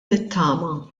nittama